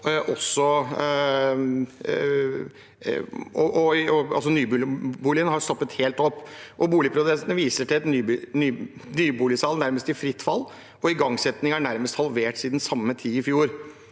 nyboligene har stoppet helt opp. Boligprosessene viser til et nyboligsalg i nærmest fritt fall, og igangsettingen er nærmest halvert siden samme tid i fjor.